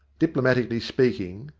diplomatically speaking,